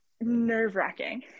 nerve-wracking